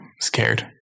scared